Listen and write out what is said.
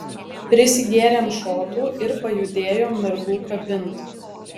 prisigėrėm šotų ir pajudėjom mergų kabint